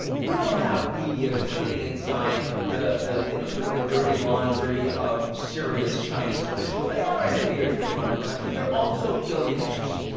you don't have media that's getting inside the the you know sort of the dirty laundry of serious chinese officials. they are engineers that run the country. they are also billionaires.